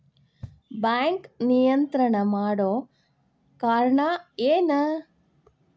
Bank ನಿಯಂತ್ರಣ ಮಾಡೊ ಕಾರ್ಣಾ ಎನು?